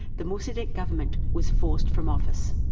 the mossaddeq government was forced from office.